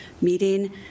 meeting